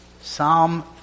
Psalm